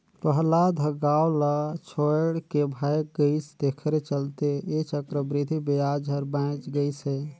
पहलाद ह गाव ल छोएड के भाएग गइस तेखरे चलते ऐ चक्रबृद्धि बियाज हर बांएच गइस हे